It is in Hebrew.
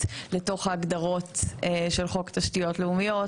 לתוך ההגדרות של חוק תשתיות לאומיות,